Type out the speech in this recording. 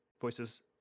Voices